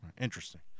Interesting